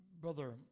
Brother